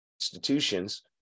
institutions